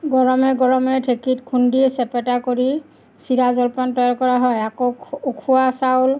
গৰমে গৰমে ঢেঁকীত খুন্দি চেপেটা কৰি চিৰা জলপান তৈয়াৰ কৰা হয় আকৌ উখ উখোৱা চাউল